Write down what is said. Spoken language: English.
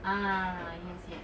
ah yes yes